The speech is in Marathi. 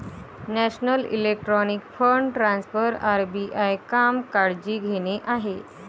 national electronic fund transfer RBI काम काळजी घेणे आहे